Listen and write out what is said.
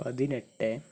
പതിനെട്ട്